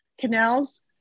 canals